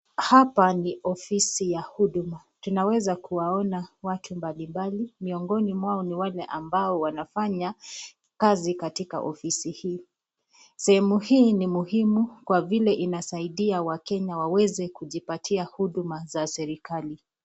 Hapa ni ofisi ya huduma. Tunaweza kuwaona watu mbali mbali. Miongoni mwao ni wale ambao wanafanya kazi katika ofisi hii. Sehemu hii ni muhimu kwa vile inasaidia wakenya waweze kujipatia huduma za serikali.